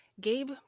gabe